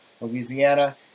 louisiana